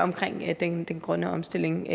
om den grønne omstilling.